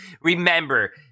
Remember